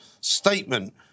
statement